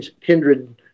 kindred